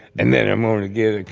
and then a moment to yeah like